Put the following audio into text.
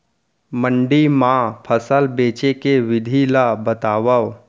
मंडी मा फसल बेचे के विधि ला बतावव?